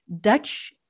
Dutch